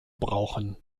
brauchen